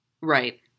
Right